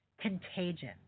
Contagion